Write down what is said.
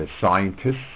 scientists